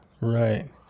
Right